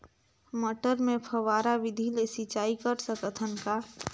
मटर मे फव्वारा विधि ले सिंचाई कर सकत हन का?